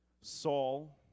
Saul